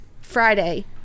friday